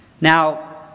Now